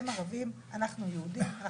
הם ערבים, אנחנו יהודים.